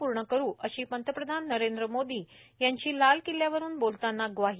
पूर्ण करू अशी पंतप्रधान नरेंद्र मोदी यांची लाल किल्ल्यावरून बोलताना ग्वाही